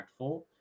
impactful